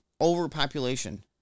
overpopulation